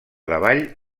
davall